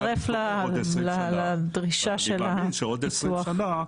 אתה מצטרף לדרישה ----- אני מאמין שבעוד 20 שנה,